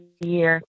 year